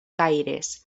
gaires